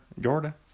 Georgia